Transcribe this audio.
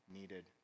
needed